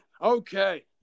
Okay